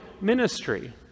ministry